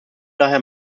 daher